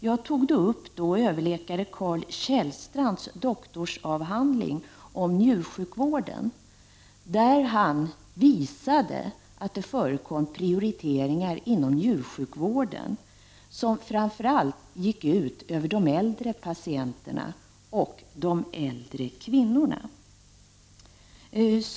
Jag hänvisade då till överläkare Carl M. Kjellstrands doktorsavhandling om njursjukvården. Han visade där att det förekom prioriteringar inom njursjukvården som framför allt gick ut över de äldre patienterna, företrädesvis äldre kvinnor.